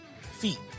feet